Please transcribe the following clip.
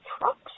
trucks